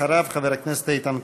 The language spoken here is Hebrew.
אחריו, חבר הכנסת איתן כבל.